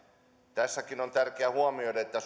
tässä on tärkeä huomioida että